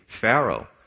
Pharaoh